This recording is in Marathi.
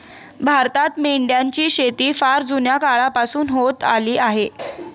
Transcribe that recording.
भारतात मेंढ्यांची शेती फार जुन्या काळापासून होत आली आहे